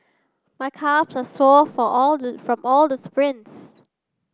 my calves are sore for all the from all the sprints